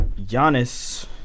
Giannis